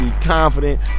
confident